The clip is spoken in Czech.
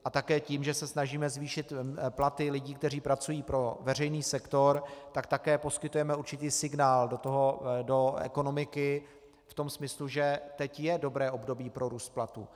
A také tím, že se snažíme zvýšit platy lidí, kteří pracují pro veřejný sektor, tak také poskytujeme určitý signál do ekonomiky v tom smyslu, že teď je dobré období pro růst platů.